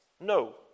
no